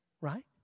right